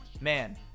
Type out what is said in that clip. man